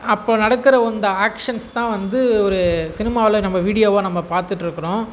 அப்போது நடக்கிற இந்த ஆக்ஷன்ஸ் தான் வந்து ஒரு சினிமாவில் நம்ம வீடியோவை நம்ம பார்த்துட்டுருக்குறோம்